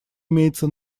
имеется